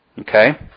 Okay